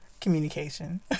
communication